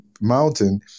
mountain